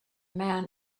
man